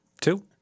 two